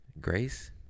Grace